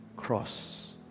cross